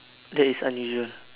that is unusual